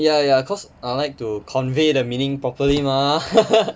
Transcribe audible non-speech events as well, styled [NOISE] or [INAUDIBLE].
ya ya cause I like to convey the meaning properly mah [LAUGHS] ya ya ya